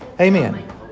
Amen